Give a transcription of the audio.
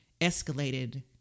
escalated